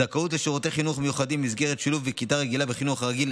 זכאות לשירותי חינוך מיוחדים במסגרת שילוב בכיתה רגילה בחינוך הרגיל